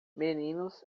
meninos